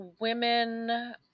Women